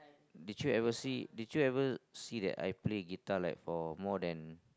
did you see did you ever see that I play guitar like for more than